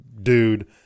dude